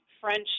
French